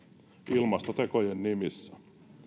ilmastotekojen nimissä